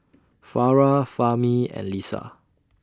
Farah Fahmi and Lisa